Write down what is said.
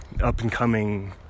up-and-coming